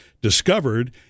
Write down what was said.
discovered